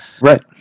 right